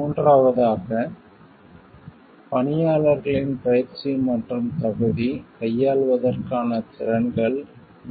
மூன்றாவதாக பணியாளர்களின் பயிற்சி மற்றும் தகுதி கையாள்வதற்கான திறன்கள்